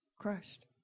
crushed